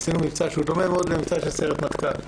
עשינו מבצע דומה מאוד למבצע של סיירת מטכ"ל,